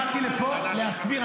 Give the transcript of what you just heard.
באתי לפה להסביר,